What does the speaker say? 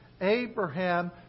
Abraham